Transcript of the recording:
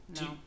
No